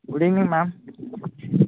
good evening ma'am